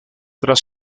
tras